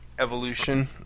evolution